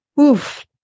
Oof